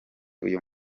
uyu